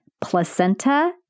placenta